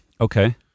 Okay